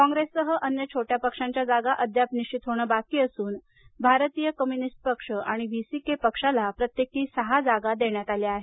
कॉंग्रेससह अन्य छोट्या पक्षांच्या जागा अद्याप निश्चित होणं बाकी असून भारतीय कम्युनिस्ट पक्ष आणि व्हीसीके पक्षाला प्रत्येकी सहा जागा देण्यात आल्या आहेत